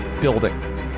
building